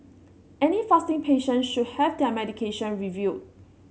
any fasting patient should have their medication reviewed